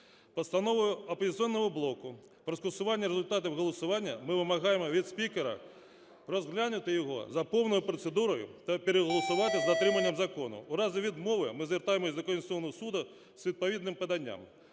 Постановою "Опозиційного блоку" про скасування результатів голосування ми вимагаємо від спікера розглянути його за повною процедурою та переголосувати з дотриманням закону. У разі відмови ми звертаємось до Конституційного Суду з відповідним поданням.